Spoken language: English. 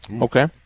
Okay